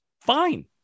Fine